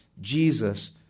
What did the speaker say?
Jesus